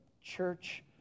church